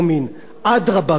אדרבה ואדרבה,